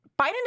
Biden